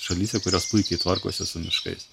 šalyse kurios puikiai tvarkosi su miškais